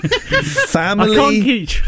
family